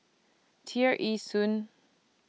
Tear Ee Soon